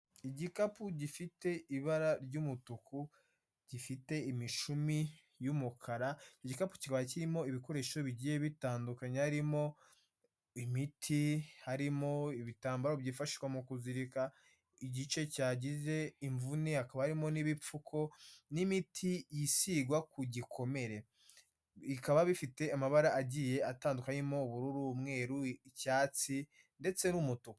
Igikapu gifite ibara ry'umutuku, gifite imishumi y'umukara, igikapu kikaba kirimo ibikoresho bigiye bitandukanye harimo imiti, harimo ibitambaro byifashishwa mu kuzirika igice cyagize imvune, hakaba harimo n'ibipfuko, n'imiti isigwa ku gikomere. Bikaba bifite amabara agiye atandukanye harimo ubururu, umweru, icyatsi, ndetse n'umutuku.